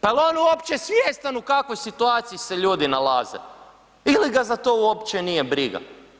Pa jel uopće svjestan u kakvoj situaciji se ljudi nalaze ili ga za to uopće nije briga?